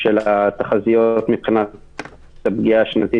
יש מקומות עבודה שיש בהם שניים,